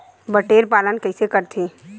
बटेर पालन कइसे करथे?